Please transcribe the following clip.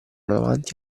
davanti